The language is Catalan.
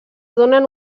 donen